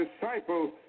disciple